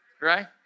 Right